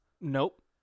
Nope